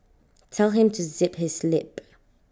tell him to zip his lip